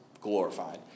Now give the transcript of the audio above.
glorified